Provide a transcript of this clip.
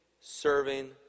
serving